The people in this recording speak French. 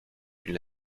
une